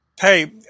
Hey